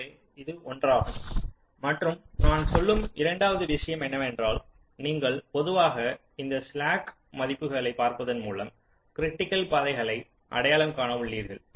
எனவே இது ஒன்றாகும் மற்றும் நான் சொல்லும் இரண்டாவது விஷயம் என்னவென்றால் நீங்கள் பொதுவாக இந்த ஸ்லாக் மதிப்புகளை பார்ப்பதன் மூலம் கிரிட்டிக்கல் பதைகளை அடையாளம் காண உள்ளீர்கள்